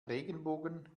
regenbogen